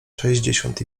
sześćdziesiąt